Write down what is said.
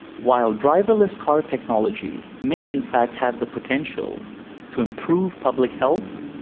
while driverless car technology may, in fact, have the potential to improve public health,